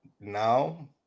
now